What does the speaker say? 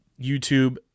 YouTube